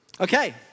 Okay